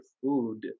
food